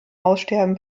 aussterben